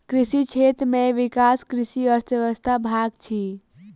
कृषि क्षेत्र में विकास कृषि अर्थशास्त्रक भाग अछि